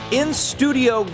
in-studio